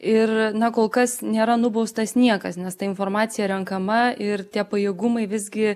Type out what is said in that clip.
ir na kol kas nėra nubaustas niekas nes ta informacija renkama ir tie pajėgumai visgi